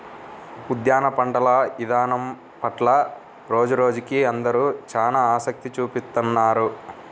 ఉద్యాన పంటల ఇదానం పట్ల రోజురోజుకీ అందరూ చానా ఆసక్తి చూపిత్తున్నారు